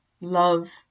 love